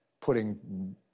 putting